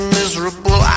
miserable